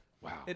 Wow